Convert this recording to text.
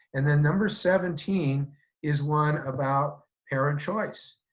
and then number seventeen is one about parent choice.